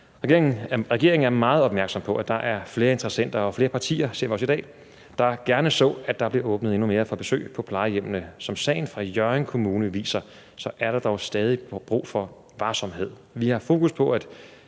Regeringen er meget opmærksom på, at der er flere interessenter og flere partier – det ser vi også i dag – der gerne så, at der blev åbnet endnu mere for besøg på plejehjemmene. Som sagen fra Hjørring Kommune viser, er der dog stadig brug for varsomhed. Vi har fokus på, at